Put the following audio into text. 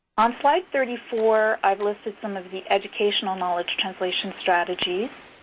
on slide thirty four i've listed some of the educational knowledge translation strategies